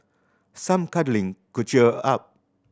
some cuddling could cheer up